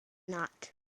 not